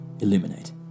illuminate